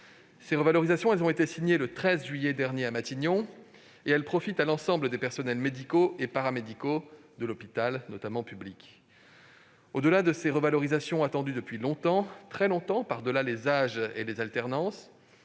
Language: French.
C'est un fait. Signées le 13 juillet dernier à Matignon, ces revalorisations profitent à l'ensemble des personnels médicaux et paramédicaux de l'hôpital, notamment public. Au-delà de ces revalorisations, attendues depuis bien longtemps par-delà les âges et les alternances,